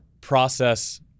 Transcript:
process